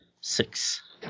six